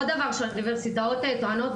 עוד דבר שהאוניברסיטאות טוענות,